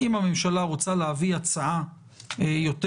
אם הממשלה רוצה להביא הצעה יותר